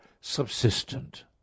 subsistent